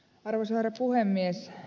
arvoisa herra puhemies